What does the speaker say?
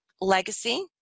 legacy